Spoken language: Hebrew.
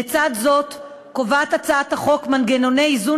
לצד זאת קובעת הצעת החוק מנגנוני איזון